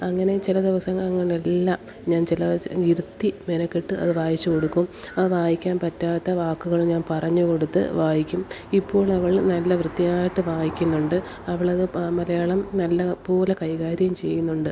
അങ്ങനെ ചില ദിവസം അങ്ങനെല്ല ഞാൻ ചില ഇരുത്തി മെനക്കെട്ട് അത് വായിച്ച് കൊടുക്കും ആ വായിക്കാൻ പറ്റാത്ത വാക്കുകൾ ഞാൻ പറഞ്ഞ് കൊടുത്ത് വായിക്കും ഇപ്പോൾ അവൾ നല്ല വൃത്തിയായിട്ട് വായിക്കുന്നുണ്ട് അവളത് മലയാളം നല്ല പോലെ കൈകാര്യം ചെയ്യുന്നുണ്ട്